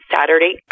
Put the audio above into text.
Saturday